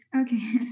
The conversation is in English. Okay